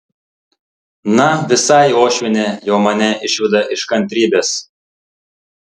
na visai uošvienė jau mane išveda iš kantrybės